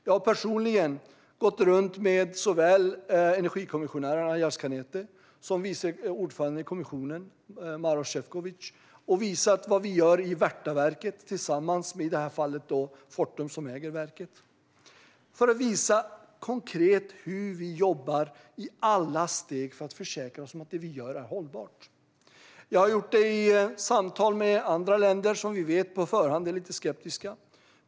Jag har personligen gått runt med såväl energikommissionären Miguel Arias Cañete som kommissionens vice ordförande Maros Sefcovic och visat vad vi gör i Värtaverket - i det fallet tillsammans med Fortum, som äger verket - för att visa konkret hur vi jobbar i alla steg för att försäkra oss om att det vi gör är hållbart. Jag har gjort det i samtal med andra länder som vi på förhand vet är lite skeptiska.